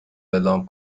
اعلام